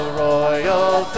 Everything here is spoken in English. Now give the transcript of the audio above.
royal